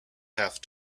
have